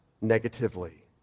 negatively